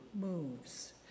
moves